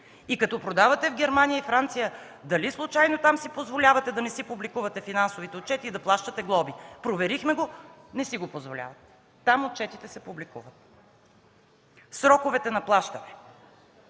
И като продавате в Германия и във Франция, дали случайно там си позволявате да не си публикувате финансовите отчети и да плащате глоби? Проверихме го, не си го позволяват. Там отчетите се публикуват. Сроковете на плащане.